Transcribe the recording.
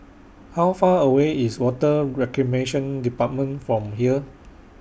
How Far away IS Water Reclamation department from here